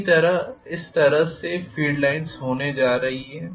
इसी तरह इस तरह से फील्ड लाइन होने जा रही है